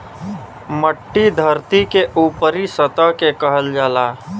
मट्टी धरती के ऊपरी सतह के कहल जाला